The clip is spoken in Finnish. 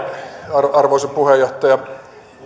arvoisa puheenjohtaja